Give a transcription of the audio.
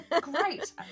great